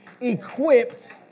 equipped